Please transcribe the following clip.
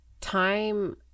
time